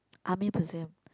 army person